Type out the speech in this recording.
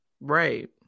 right